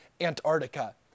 Antarctica